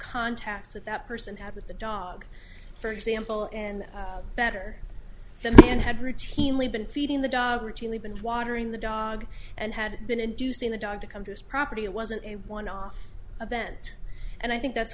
contacts that that person had with the dog for example and better than and had routinely been feeding the dog routinely been watering the dog and had been inducing the dog to come to his property it wasn't a one off event and i think that's